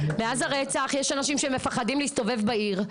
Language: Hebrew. מאז הרצח יש אנשים שמפחדים להסתובב בעיר,